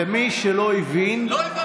למי שלא הבין, לא הבנתי.